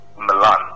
Milan